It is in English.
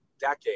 decade